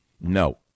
No